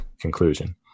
conclusion